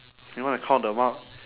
you wanna count the amount